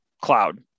cloud